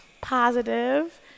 positive